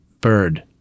bird